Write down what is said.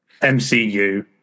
MCU